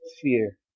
fear